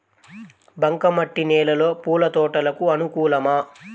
బంక మట్టి నేలలో పూల తోటలకు అనుకూలమా?